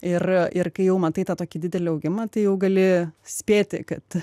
ir ir kai jau matai tą tokį didelį augimą tai jau gali spėti kad